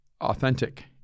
authentic